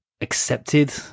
accepted